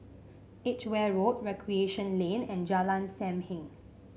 Edgeware Road Recreation Lane and Jalan Sam Heng